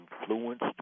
influenced